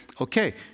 okay